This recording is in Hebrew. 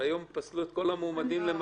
הרי היום פסלו את כל המועמדים למפכ"ל,